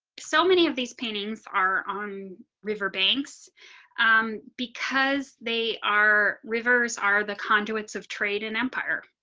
so many of these paintings are on river banks because they are rivers are the conduits of trade and empire.